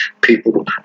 people